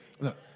Look